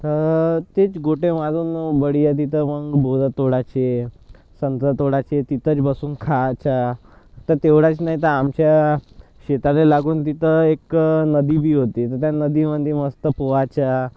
तर तेच गोटे मारून बढिया तिथं मग बोरं तोडायचे संत्रं तोडायचे तिथंच बसून खायचं तर तेवढंच नाही तर आमच्या शेताला लागून तिथं एक नदी बी होती तिथं नदीमध्ये मस्त पोहायचं